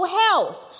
health